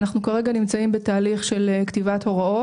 אנחנו כרגע נמצאים בתהליך של כתיבת הוראות.